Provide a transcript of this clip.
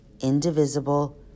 indivisible